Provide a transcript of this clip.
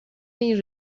این